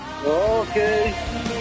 Okay